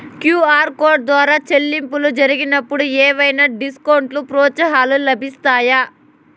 QR code ద్వారా చెల్లింపులు జరిగినప్పుడు ఏవైనా డిస్కౌంట్ లు, ప్రోత్సాహకాలు లభిస్తాయా?